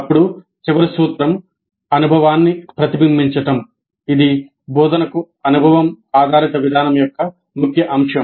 అప్పుడు చివరి సూత్రం అనుభవాన్ని ప్రతిబింబించడం ఇది బోధనకు అనుభవం ఆధారిత విధానం యొక్క ముఖ్య అంశం